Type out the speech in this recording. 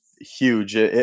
huge